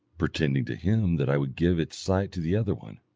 pretending to him that i would give its sight to the other one,